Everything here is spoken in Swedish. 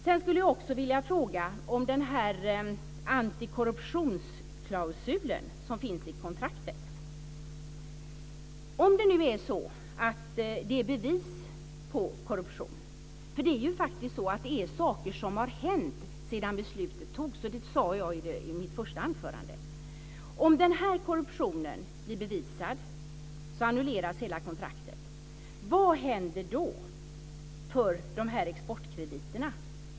Sedan skulle jag också vilja fråga omkring den antikorruptionsklausul som finns i kontraktet om det nu är så att det finns bevis på korruption. Det är ju faktiskt så att det finns saker som har hänt sedan beslutet fattades. Det sade jag i mitt första anförande. Om den här korruptionen blir bevisad annuleras hela kontraktet. Vad händer då med de här exportkrediterna?